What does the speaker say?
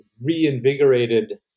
reinvigorated